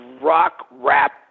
rock-rap